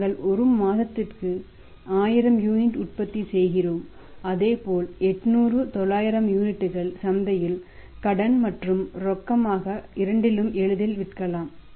நாங்கள் ஒரு மாதத்திற்கு 1000 யூனிட் உற்பத்தி செய்கிறோம் அதேபோல் 800 900 யூனிட்டுகள் சந்தையில் கடன் மற்றும் ரொக்கம் இரண்டிலும் எளிதில் விற்கலாம்